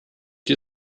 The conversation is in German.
die